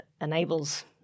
enables